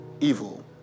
evil